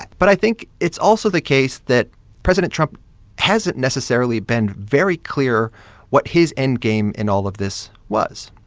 but i think it's also the case that president trump hasn't necessarily been very clear what his endgame in all of this was.